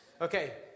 Okay